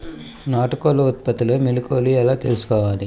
నాటుకోళ్ల ఉత్పత్తిలో మెలుకువలు ఎలా తెలుసుకోవాలి?